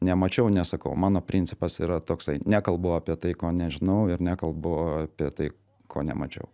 nemačiau nesakau mano principas yra toksai nekalbu apie tai ko nežinau ir nekalbu apie tai ko nemačiau